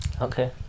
Okay